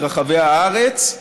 ברחבי הארץ,